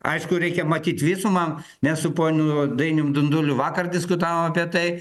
aišku reikia matyt visumą mes su ponu dainium dunduliu vakar diskutavom apie tai